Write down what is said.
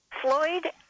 Floyd